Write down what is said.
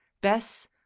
bess